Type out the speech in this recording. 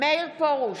מאיר פרוש,